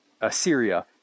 Assyria